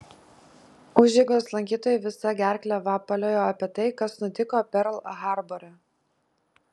užeigos lankytojai visa gerkle vapaliojo apie tai kas nutiko perl harbore